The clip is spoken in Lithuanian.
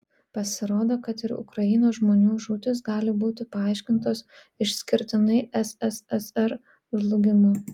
pasirodo kad ir ukrainos žmonių žūtys gali būti paaiškintos išskirtinai sssr žlugimu